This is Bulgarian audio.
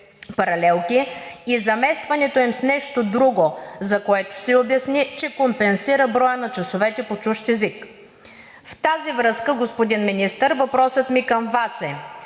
паралелки и заместването им с нещо друго, за което се обясни, че компенсира броя часове по чужд език. В тази връзка, господин Министър, въпросът ми към Вас е: